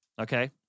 Okay